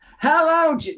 hello